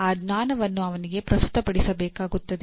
ಆ ಜ್ಞಾನವನ್ನು ಅವನಿಗೆ ಪ್ರಸ್ತುತಪಡಿಸಬೇಕಾಗುತ್ತದೆ